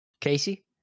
Casey